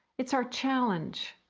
it's our challenge!